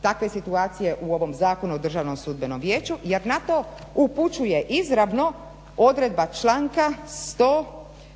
takve situacije u ovom Zakonu o Državnom sudbenom vijeću jer na to upućuje izravno odredba članka